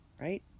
right